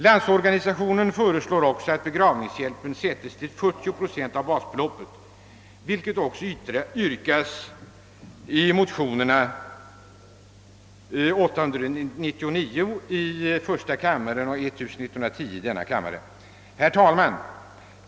Landsorganisationen förespråkar också att begravningshjälpen sättes till 40 procent av basbeloppet, vilket också yrkas i motionerna 1:899 och IT: 1110. Herr talman!